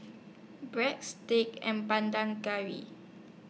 Breadsticks and Ban Dan Curry